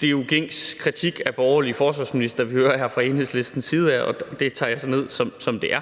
Det er jo gængs kritik af borgerlige forsvarsministre, vi hører her fra Enhedslistens side af, og det tager jeg så ned, som det er.